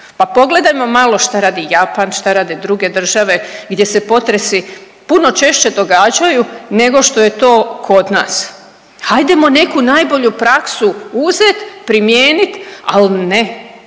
Pa pogledajmo malo šta radi Japan, šta rade druge države gdje se potresi puno češće događaju nego što je to kod nas. Hajdemo neku najbolju praksu uzet, primijenit, ali ne.